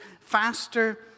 faster